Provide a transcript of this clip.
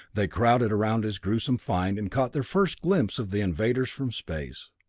they crowded around his gruesome find and caught their first glimpse of the invaders from space.